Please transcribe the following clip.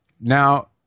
Now